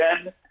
again